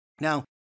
Now